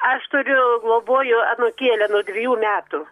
aš turiu globoju anūkėlę nuo dvejų metų